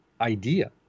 idea